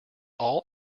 all